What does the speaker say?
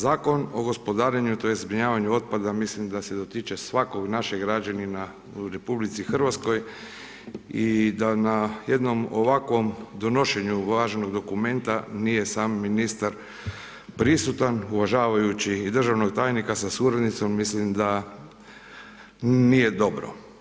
Zakon o gospodarenju tj. zbrinjavanju otpada mislim da se dotiče svakog našeg građanina u RH i da na jednom ovakvom donošenju važnog dokumenta nije sam ministar prisutan uvažavajući i državnog tajnika sa suradnicom mislim da nije dobro.